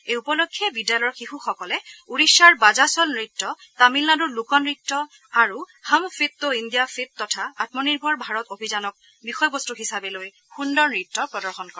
এই উপলক্ষে বিদ্যালয়ৰ শিশুসকলে ওড়িশাৰ বাজাচল নৃত্য তামিলনাডুৰ লোকন্ত্য আৰু হাম ফিট টো ইণ্ডিয়া ফিট তথা আমনিৰ্ভৰ ভাৰত অভিযানক বিষয়বস্তু হিচাপে লৈ সুন্দৰ নৃত্য প্ৰদৰ্শন কৰে